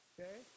Okay